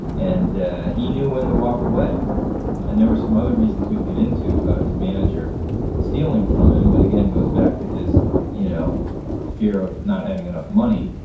and he knew when to walk away and there were some other reasons we can get into about his manager stealing from him. that again goes back to his you know fear of not having enough money,